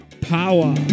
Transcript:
Power